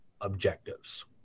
objectives